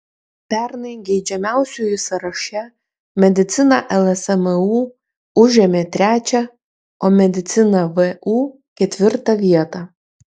pernai geidžiamiausiųjų sąraše medicina lsmu užėmė trečią o medicina vu ketvirtą vietą